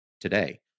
today